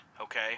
okay